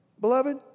beloved